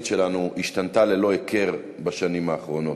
שלנו השתנתה ללא הכר בשנים האחרונות.